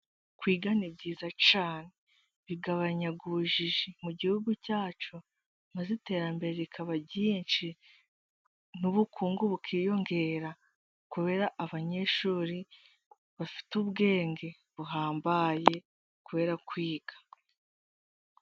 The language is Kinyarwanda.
Kwiga ni byiza cyane, bigabanya ubujiji mu gihugu cyacu maze iterambere rikaba ryinshi n'ubukungu bukiyongera, kubera abanyeshuri bafite ubwenge buhambaye kubera kwiga.